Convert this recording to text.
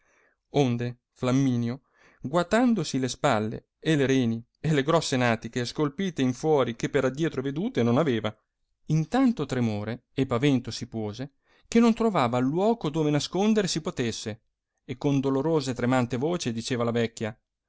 onde flamminio guatandosi le spalle e le reni e le grosse natiche e scolpite in fuori che per addietro vedute non aveva in tanto tremore e pavento si puose che non trovava luoco dove nascondere si potesse e con dolorosa e tremante voce diceva alla vecchia